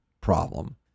problem